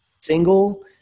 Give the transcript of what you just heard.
single